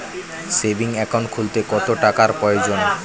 Savings account খুলতে কত টাকার প্রয়োজন?